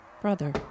Brother